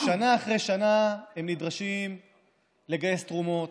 שנה אחרי שנה הם נדרשים לגייס תרומות,